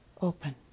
open